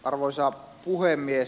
arvoisa puhemies